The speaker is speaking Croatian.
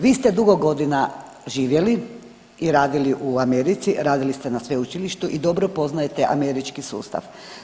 Vi ste dugo godina živjeli i radili u Americi, radili ste na sveučilištu i dobro poznajete američki sustav.